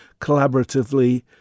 collaboratively